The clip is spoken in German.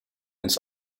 ins